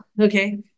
okay